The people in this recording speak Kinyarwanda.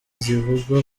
zivugwa